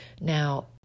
Now